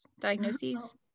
diagnoses